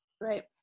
right